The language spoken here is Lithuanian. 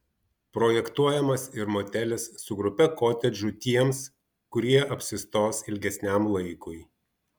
projektuojamas ir motelis su grupe kotedžų tiems kurie apsistos ilgesniam laikui